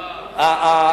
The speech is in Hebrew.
אה.